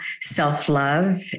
self-love